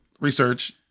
Research